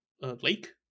lake